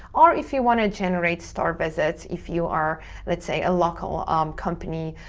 or if you want to generate store visits, if you are let's say a local um company,